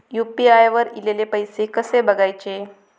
UPI वर ईलेले पैसे कसे बघायचे?